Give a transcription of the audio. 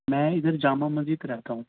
میں ادھر جامع مسجد رہتا ہوں